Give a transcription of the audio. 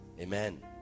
Amen